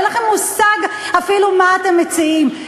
אין לכם מושג אפילו מה אתם מציעים,